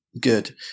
good